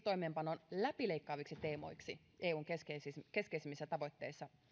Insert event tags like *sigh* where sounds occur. *unintelligible* toimeenpanon läpileikkaaviksi teemoiksi eun keskeisimmissä tavoitteissa